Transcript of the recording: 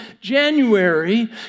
January